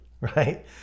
right